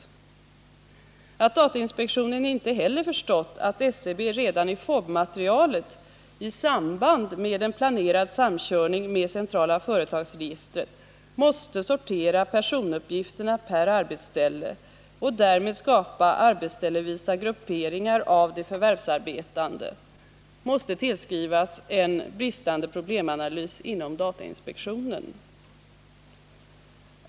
35 Att datainspektionen inte heller förstått att SCB redan i FoB-materialet i samband med en planerad samkörning med centrala företagsregistret måste sortera personuppgifterna per arbetsställe och därmed skapa arbetsställevisa grupperingar av de förvärvsarbetande måste tillskrivas en bristande problemanalys inom datainspektionen.